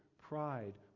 pride